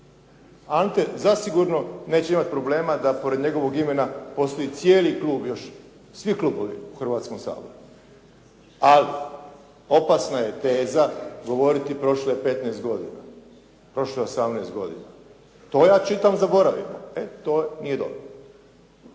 Ante zasigurno neće imati problema da pored njegovog imena postoji cijeli klub još, svi klubovi u Hrvatskom saboru, a opasna je teza govoriti prošlo je 15 godina. Prošlo je 18 godina. To ja čitam zaboravljeno. E, to nije dobro.